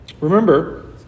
Remember